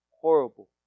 horrible